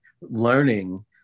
learning